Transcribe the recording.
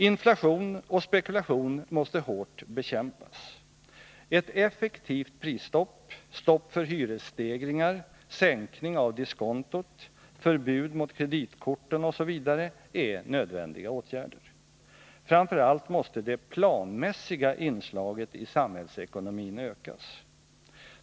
Inflation och spekulation måste hårt bekämpas. Ett effektivt prisstopp, stopp för hyresstegringar, sänkning av diskontot, förbud mot kreditkorten, osv. är nödvändiga åtgärder. Framför allt måste det planmässiga inslaget i samhällsekonomin ökas.